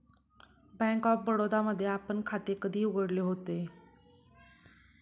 Bank of Baroda मध्ये आपण खाते कधी उघडले होते?